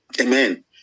Amen